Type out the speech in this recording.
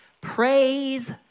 Praise